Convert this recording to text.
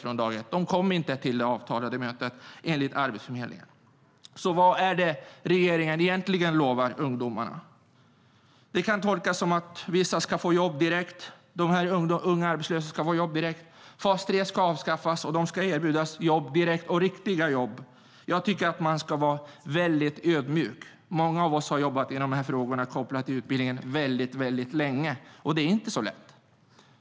De kom enligt Arbetsförmedlingen inte till det avtalade mötet. Vad är det regeringen egentligen lovar ungdomarna? Det kan tolkas som att vissa ska få jobb direkt, att de här unga arbetslösa ska få jobb direkt. Fas 3 ska avskaffas. Och de ska erbjudas jobb direkt, riktiga jobb. Jag tycker att man ska vara väldigt ödmjuk. Många av oss har jobbat med de här frågorna, som är kopplade till utbildningen, väldigt länge. Det är inte så lätt.